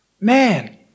Man